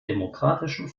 demokratischen